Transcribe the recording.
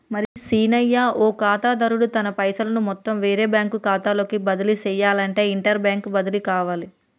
మరి సీనయ్య ఓ ఖాతాదారుడు తన పైసలను మొత్తం వేరే బ్యాంకు ఖాతాలోకి బదిలీ సెయ్యనఅంటే ఇంటర్ బ్యాంక్ బదిలి కావాలి